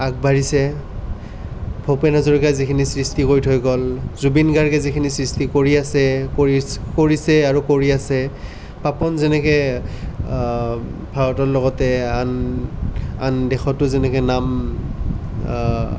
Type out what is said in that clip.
আগবাঢ়িছে ভূপেন হাজৰিকাই যিখিনি সৃষ্টি কৰি থৈ গ'ল জুবিন গাৰ্গে যিখিনি সৃষ্টি কৰি আছে কৰিছে আৰু কৰি আছে পাপন যেনেকৈ ভাৰতৰ লগতে আন আন দেশতো যেনেকৈ নাম